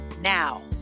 now